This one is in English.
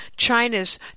China's